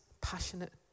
passionate